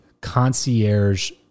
concierge